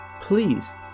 Please